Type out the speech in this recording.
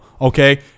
okay